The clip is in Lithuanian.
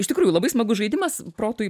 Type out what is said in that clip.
iš tikrųjų labai smagus žaidimas protui